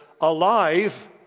alive